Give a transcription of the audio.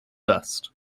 dust